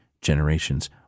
generations